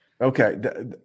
Okay